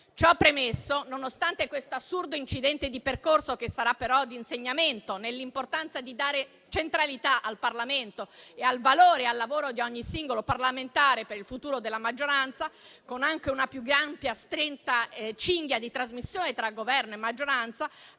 Ciò premesso, nonostante questo assurdo incidente di percorso - sarà però di insegnamento, nell'importanza di dare centralità al Parlamento, al valore e al lavoro di ogni singolo parlamentare, per il futuro della maggioranza, con una più stretta cinghia di trasmissione tra Governo e maggioranza